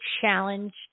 challenge